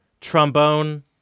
trombone